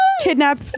kidnap